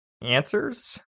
answers